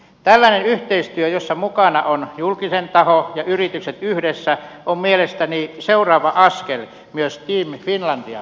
tällainen yhteistyö jossa mukana ovat julkinen taho ja yritykset yhdessä on mielestäni seuraava askel myös team finland ajattelussa